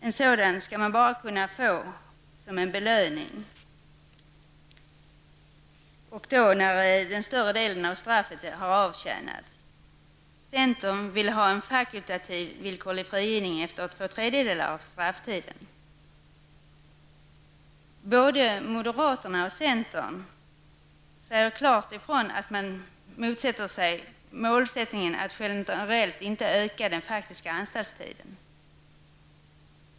En sådan skall bara ges som belöning när större delen av straffet har avtjänats. Centern vill ha en fakultativ villkorlig frigivning efter två tredje delar av strafftiden. Både moderaterna och centern säger klart att de motsätter sig målsättningen att generellt inte öka den faktiska anstaltstiden.